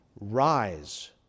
Rise